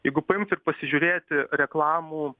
jeigu paimt ir pasižiūrėti reklamų